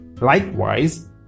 Likewise